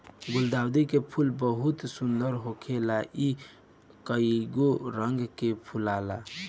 गुलदाउदी के फूल बहुत सुंदर होखेला इ कइगो रंग में फुलाला